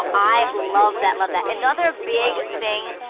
i love that, love that another big thing,